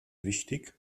wichtig